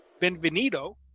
benvenido